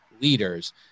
leaders